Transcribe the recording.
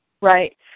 Right